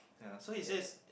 ya so he says